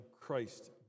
Christ